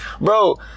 Bro